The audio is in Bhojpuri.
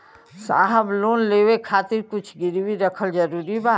साहब लोन लेवे खातिर कुछ गिरवी रखल जरूरी बा?